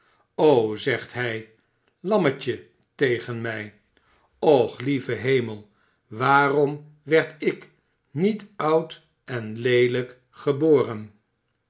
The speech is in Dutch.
zegt hij lammetje tegen mij och lieve hemel waarom werd ik niet oud en leehjk